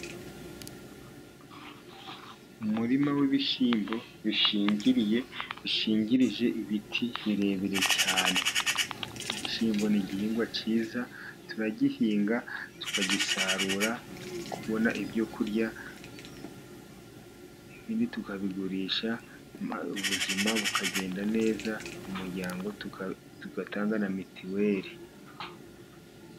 Umurima w'ibishyimbo bishingiriye, bishingirije ibiti birebire cyane. Igishyimbo ni igihingwa cyiza, turagihinga tukagisarura, tukabona ibyokurya, ibindi tukabigurisha, ubuzima bukagenda neza, umuryango tugatanga na mitiweri.